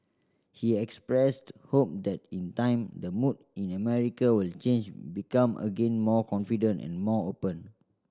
he expressed hope that in time the mood in America will change become again more confident and more open